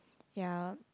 ya